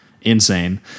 insane